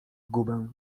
gumę